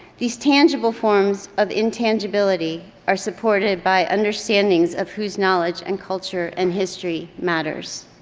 these tangible forms of intangibility are supported by understandings of whose knowledge and culture and history matters.